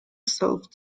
self